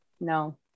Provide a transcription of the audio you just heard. No